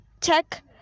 Check